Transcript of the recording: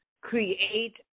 create